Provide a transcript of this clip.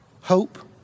hope